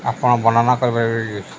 ଆପଣ ବର୍ଣନା କରିପାରିବେ କି